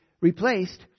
replaced